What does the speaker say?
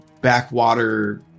backwater